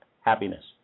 happiness